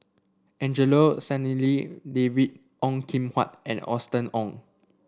Angelo Sanelli David Ong Kim Huat and Austen Ong